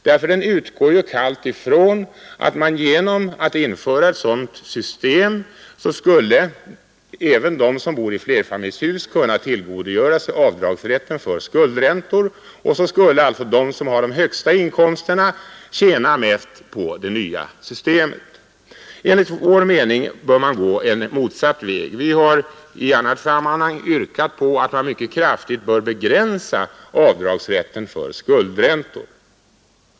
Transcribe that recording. Den utgår nämligen kallt ifrån att genom införandet av ett sådant system även de som bor i flerfamiljshus skulle kunna tillgodogöra sig avdragsrätten för skuldräntor. Därigenom skulle alltså de som har de högsta inkomsterna tjäna mest på det nya systemet. Enligt vår mening bör man gå en motsatt väg. Vi har i annat sammanhang yrkat på att man mycket kraftigt bör begränsa avdragsrätten för skuldräntor.